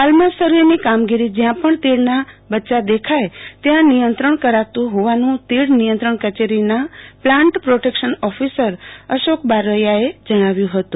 હાલમાં સર્વેની કામગોરી જયાં પણ તીડના બચ્ચા દેખાય છે ત્યાં નિયંત્રણ કરાતું હોવાનું તીડ નિયંત્રણ કચેરીના પ્લાન્ટ પ્રોટકશન ઓફીસર અશોક બારૈયાએ જણાવ્યું હતું